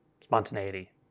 spontaneity